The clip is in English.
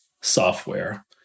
software